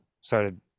started